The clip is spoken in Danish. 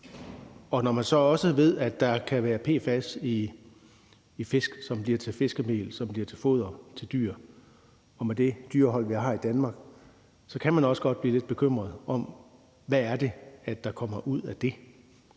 og når man så også ved, at der kan være PFAS i fisk, som bliver til fiskemel, som bliver til foder til dyr, så kan man med det dyrehold, som vi har i Danmark, også godt blive lidt bekymret for, hvad det er, der kommer ud af det,